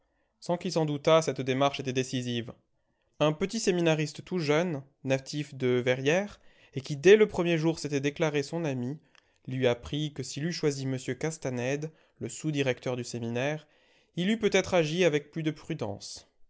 sans qu'il s'en doutât cette démarche était décisive un petit séminariste tout jeune natif de verrières et qui dès le premier jour s'était déclaré son ami lui apprit que s'il eût choisi m castanède le sous-directeur du séminaire il eût peut-être agi avec plus de prudence